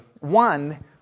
One